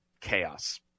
chaos